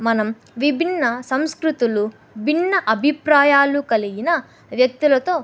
మనం విభిన్న సంస్కృతులు భిన్న అభిప్రాయాలు కలిగిన వ్యక్తులతో